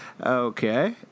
Okay